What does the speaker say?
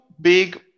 big